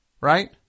Right